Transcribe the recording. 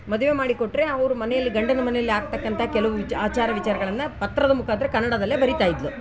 ಮದುವೆ ಮಾಡಿಕೊಟ್ಟರೆ ಅವ್ರ ಮನೇಲಿ ಗಂಡನ ಮನೇಲಿ ಆಗ್ತಕ್ಕಂಥ ಕೆಲವು ವಿಚ ಆಚಾರ ವಿಚಾರಗಳನ್ನು ಪತ್ರದ ಮುಖಾಂತ್ರ ಕನ್ನಡದಲ್ಲೆ ಬರಿತ ಇದ್ಲು